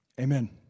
Amen